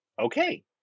okay